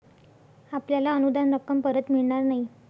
आपल्याला अनुदान रक्कम परत मिळणार नाही